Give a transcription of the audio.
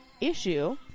Issue